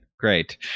Great